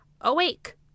Awake